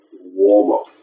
warm-up